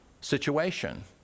situation